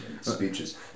speeches